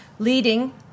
leading